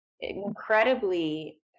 incredibly